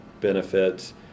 benefits